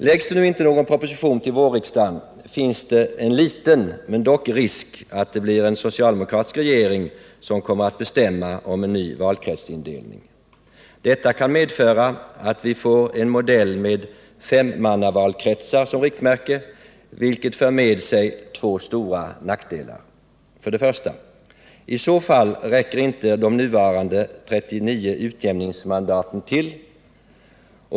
Läggs det inte någon proposition till vårriksdagen finns det en liten men dock risk att det blir en socialdemokratisk regering som kommer med förslag om en ny valkretsindelning. Detta kan medföra att vi får en modell med femmannavalkretsar som riktmärke, vilket för med sig två stora nackdelar. 1. I så fall räcker inte de nuvarande 39 utjämningsmandaten till.